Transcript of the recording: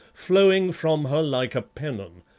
flowing from her like a pennon,